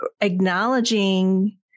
acknowledging